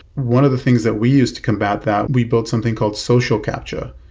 one of the things that we used to combat that, we built something called social capture,